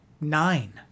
nine